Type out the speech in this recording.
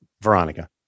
Veronica